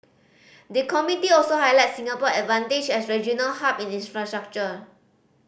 the committee also highlighted Singapore advantage as regional hub in infrastructure